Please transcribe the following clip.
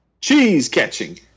Cheese-catching